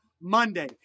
Monday